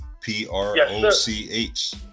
P-R-O-C-H